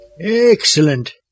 Excellent